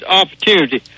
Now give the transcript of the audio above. opportunity